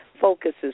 focuses